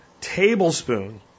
tablespoon